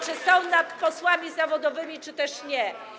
czy są posłami zawodowymi, czy też nie.